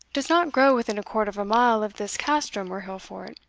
does not grow within a quarter of a mile of this castrum or hill-fort,